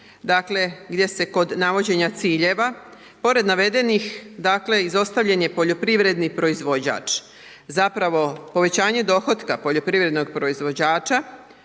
7. gdje se kod navođenja ciljeva pored navedenih dakle, izostavljen je poljoprivredni proizvođač. Zapravo, povećanje dohotka poljoprivrednog proizvođača